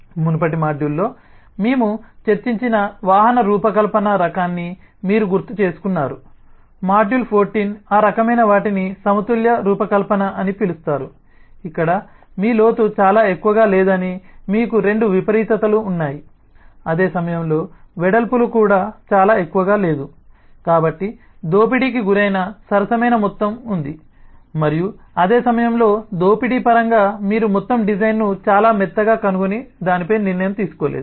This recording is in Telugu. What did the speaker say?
మునుపటి మాడ్యూల్లో మేము చర్చించిన వాహన రూపకల్పన రకాన్ని మీరు గుర్తుచేసుకున్నారు మాడ్యూల్ 14 ఆ రకమైన వాటిని సమతుల్య రూపకల్పన అని పిలుస్తారు ఇక్కడ మీ లోతు చాలా ఎక్కువగా లేదని మీకు రెండు విపరీతతలు ఉన్నాయి అదే సమయంలో వెడల్పు కూడా చాలా ఎక్కువగా లేదు కాబట్టి దోపిడీకి గురైన సరసమైన మొత్తం ఉంది మరియు అదే సమయంలో దోపిడీ పరంగా మీరు మొత్తం డిజైన్ను చాలా మెత్తగా కనుగొని దానిపై నిర్ణయం తీసుకోలేదు